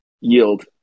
Yield